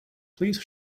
please